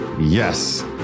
Yes